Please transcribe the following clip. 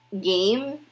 game